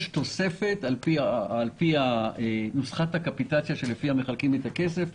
על פי נוסחת הקפיטציה שלפיה מחלקים את הכסף,